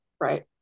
right